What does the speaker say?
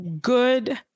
good